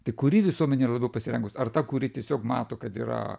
tai kuri visuomenė yra labiau pasirengus ar ta kuri tiesiog mato kad yra